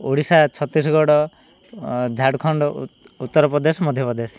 Odisha Chhattisgarh Jharkhand Uttar Pradesh Madhya Pradesh